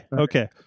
okay